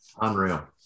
Unreal